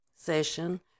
session